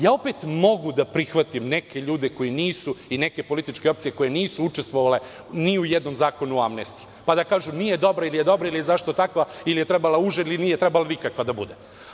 Ja opet mogu da prihvatim neke ljude koji nisu i neke političke opcije koje nisu učestvovale ni u jednom zakonu o amnestiji, pa da kažu nije dobra, ili je dobra, zašto takva, ili je trebala uže, ili nije trebala nikakva da bude.